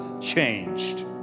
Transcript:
changed